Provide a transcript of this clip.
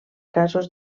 casos